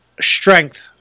strength